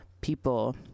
people